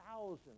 thousands